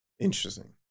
Interesting